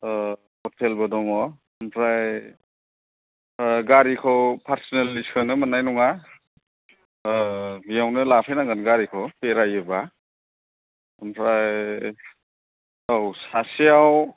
हटेलबो दङ ओमफ्राय गारिखौ पार्सनेलि सोनो मोननाय नङा बेयावनो लाफैनांगोन गारिखौ बेरायोबा ओमफ्राय औ सासेयाव